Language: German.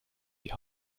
die